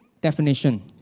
definition